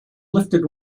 lifted